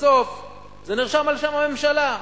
בסוף זה נרשם על שם הממשלה.